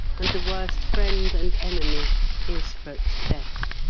and the worst friend and enemy is but death.